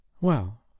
Well